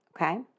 Okay